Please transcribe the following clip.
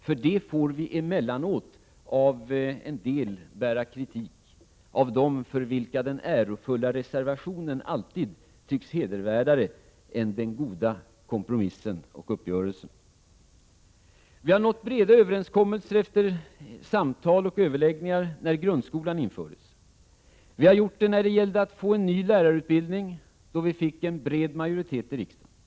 För det får vi emellanåt bära kritik från dem för vilka den ärofulla reservationen alltid tycks hedervärdare än den goda kompromissen och uppgörelsen. Vi nådde breda överenskommelser efter samtal och överläggningar när grundskolan infördes. Vi gjorde det när det gällde att få en ny lärarutbildning, då vi fick en bred majoritet i riksdagen.